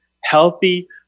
healthy